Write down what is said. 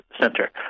center